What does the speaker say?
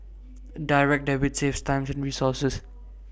Direct Debit saves time and resources